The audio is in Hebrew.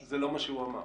זה לא מה שהוא אמר.